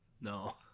No